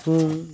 सिफुं